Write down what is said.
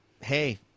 hey